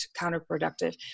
counterproductive